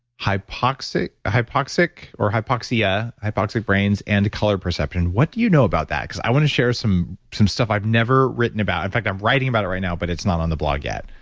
hypoxic hypoxic or hypoxia, hypoxic brains and color perception, what do you know about that? because i want to share some some stuff i've never written about. in fact, i'm writing about it right now, but it's not on the blog yet.